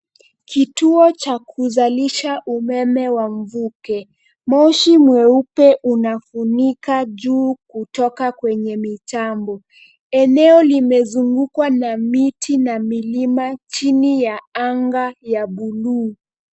Kituo cha kuzalisha umeme wa mvuke. Moshi mweupe unafunika juu kutoka kwenye mitambo. Eneo limezungukwa na miti na milima chini ya anga ya bluu.